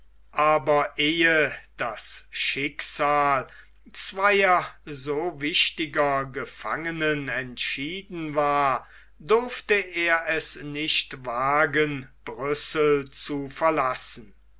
aber ehe das schicksal zweier so wichtiger gefangenen entschieden war durfte er es nicht wagen brüssel zu verlassen